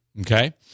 okay